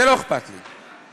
זה לא אכפת לי.